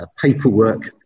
paperwork